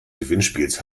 gewinnspiels